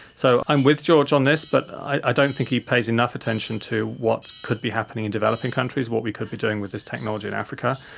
so i'm with george on this but i don't think he pays enough attention to what could be happening in developing countries, what we could be doing with this technology in africa.